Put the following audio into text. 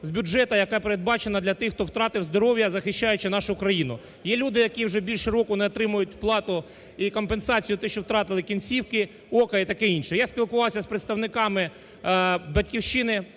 з бюджету, яка передбачена для тих, хто втратив здоров'я захищаючи нашу країну. Є люди, які вже більш року не отримають плату і компенсацію, ті що втратили кінцівки, око і таке інше. Я спілкувався з представниками "Батьківщини",